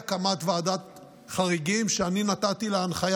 והקמת ועדת חריגים שאני נתתי לה הנחיה